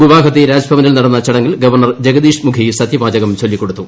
ഗുവാഹത്തി രാജ്ഭവനിൽ നടന്ന ചടങ്ങിൽ ഗവർണർ ജഗദിഷ് മുഖി സത്യവാചകം ചൊല്ലിക്കൊടുത്തു